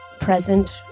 present